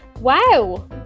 Wow